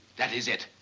that is it.